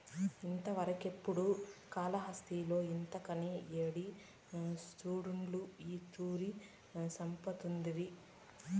ఇంతవరకెపుడూ కాలాస్త్రిలో ఇంతకని యేడి సూసుండ్ల ఈ తూరి సంపతండాది